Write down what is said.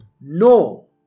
No